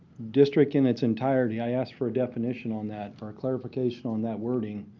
district in its entirety, i asked for a definition on that, or a clarification on that wording,